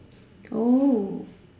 oh